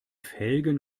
felgen